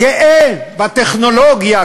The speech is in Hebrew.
גאה בטכנולוגיה,